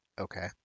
Okay